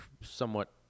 somewhat